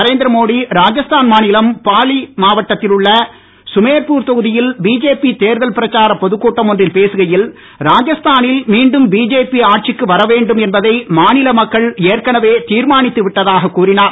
நரேந்திர மோடி ராஜஸ்தான் மாநிலம் பாலி மாவட்டத்தில் உள்ள சுமேர்ப்பூர் தொகுதியில் பிஜேபி தேர்தல் பிரச்சார பொதுக்கூட்டம் ஒன்றில் பேசுகையில் ராஜஸ்தானில் மீண்டும் பிஜேபி ஆட்சிக்கு வரவேண்டும் என்பதை மாநில மக்கள் ஏற்கனவே தீர்மானித்து விட்டதாக கூறினார்